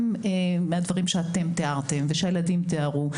גם מהדברים שאתם תיארתם ושהילדים תיארו,